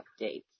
updates